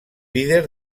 líder